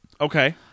Okay